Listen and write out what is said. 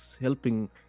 helping